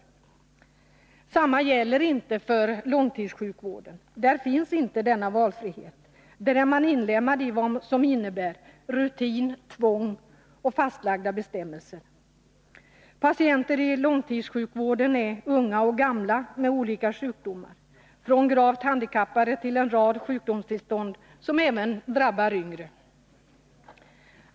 Detsamma gäller inte för långtidssjukvården. Där finns inte denna valfrihet. Där är man inlemmad i rutin, tvång och fastlagda bestämmelser. Patienterna i långtidssjukvården är unga och gamla med olika sjukdomar, från gravt handikapp till en rad sjukdomstillstånd som även drabbar yngre.